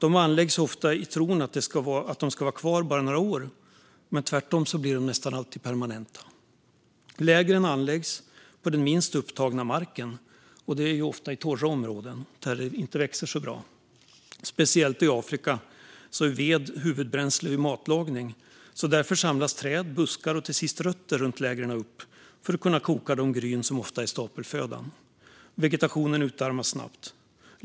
De anläggs ofta i tron att de ska vara kvar i bara några år men blir tvärtom nästan alltid permanenta. Lägren anläggs på den minst upptagna marken, ofta i torra områden där det inte växer så bra. Speciellt i Afrika är ved huvudbränsle vid matlagning, så därför samlas träd, buskar och till sist rötter runt lägren in för att man ska kunna koka de gryn som ofta är stapelfödan. Vegetationen utarmas snabbt.